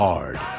Hard